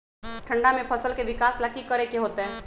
ठंडा में फसल के विकास ला की करे के होतै?